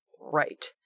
right